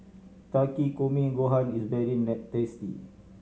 Takikomi Gohan is very tasty